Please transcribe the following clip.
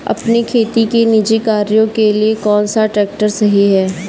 अपने खेती के निजी कार्यों के लिए कौन सा ट्रैक्टर सही है?